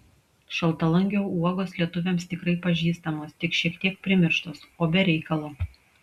šaltalankio uogos lietuviams tikrai pažįstamos tik šiek tiek primirštos o be reikalo